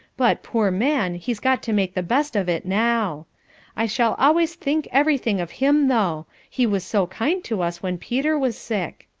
but, poor man, he's got to make the best of it now i shall always think everything of him though, he was so kind to us when peter was sick.